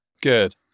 Good